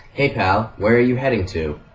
hey pal, where are you heading to?